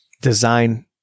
design